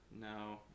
No